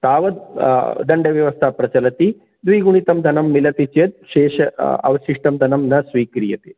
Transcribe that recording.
तावत् दण्डव्यवस्था प्रचलति द्विगुणितं धनं मिलति चेत् शेषं अवशिष्टं धनं न स्वीक्रियते